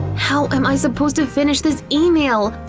how am i supposed to finish this email?